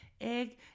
egg